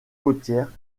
côtière